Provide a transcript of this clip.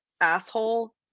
asshole